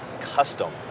custom